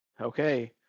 okay